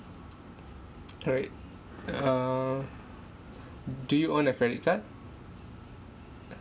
right err do you own a credit card